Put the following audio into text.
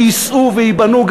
שייסעו וייבנו,